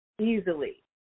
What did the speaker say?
easily